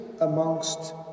amongst